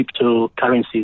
cryptocurrencies